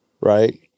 right